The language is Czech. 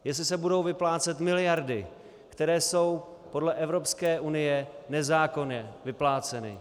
Jestli se budou vyplácet miliardy, které jsou podle Evropské unie nezákonně vypláceny.